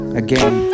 again